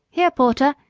here, porter!